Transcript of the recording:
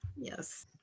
Yes